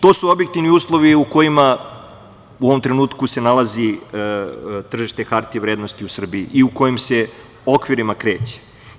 To su objektivni uslovi u kojima se u ovom trenutku nalazi tržište hartija od vrednosti u Srbiji i u kojim se okvirima kreće.